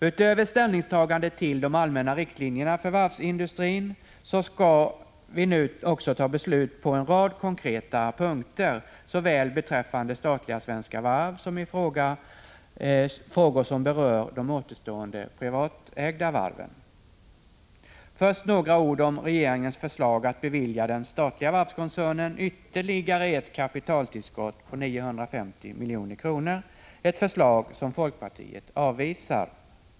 Utöver ställningstagandena till de allmänna riktlinjerna för varvsindustrin skall vi nu fatta beslut också på en rad konkreta punkter såväl beträffande statliga Svenska Varv som i frågor som berör de återstående privatägda varven. Först vill jag säga några ord om regeringens förslag att bevilja den statliga varvskoncernen ytterligare ett kapitaltillskott, nu med 950 milj.kr. Folkpartiet avvisar detta förslag.